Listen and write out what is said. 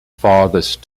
farthest